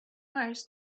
hires